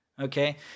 Okay